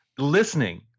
listening